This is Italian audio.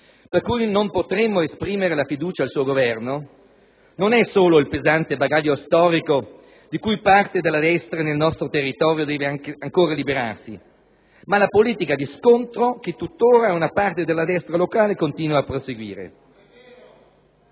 per cui non potremo esprimere la fiducia al suo Governo non è solo il pesante bagaglio storico di cui parte della destra nel nostro territorio deve ancora liberarsi, ma la politica di scontro che tuttora una parte della destra locale continua a perseguire.